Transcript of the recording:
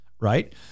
right